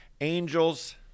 Angels